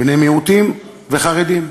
בני מיעוטים וחרדים.